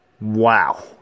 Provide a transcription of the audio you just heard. Wow